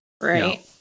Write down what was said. Right